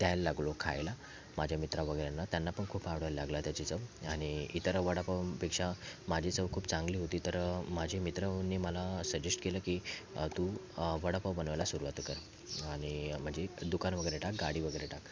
द्यायला लागलो खायला माझ्या मित्रा वगैरेंना त्यांना पण खूप आवडायला लागला त्याची चव आणि इतर वडापावपेक्षा माझी चव खूप चांगली होती तर माझे मित्रांनी मला सजेष्ट केलं की तू वडापाव बनवायला सुरवात कर आणि म्हणजे दुकान वगैरे टाक गाडी वगैरे टाक